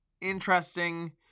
interesting